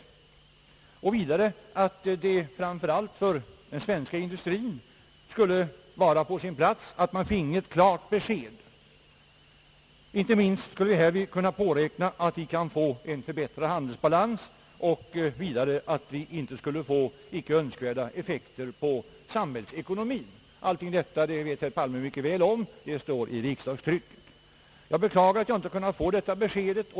Vidare sade jag, att det framför allt för den svenska industrien skulle vara på sin plats att man fick ett klart besked. Inte minst skulle vi härvid kunna påräkna en förbättrad handelsbalans. Det gällde att undvika icke önskvärda effekter på samhällsekonomien. Allt detta känner herr Palme mycket väl till — det står i riksdagstrycket. Jag beklagar att jag inte nu kunnat få detta besked.